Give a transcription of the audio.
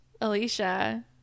Alicia